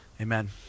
Amen